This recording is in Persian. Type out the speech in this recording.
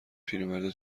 پیرمرده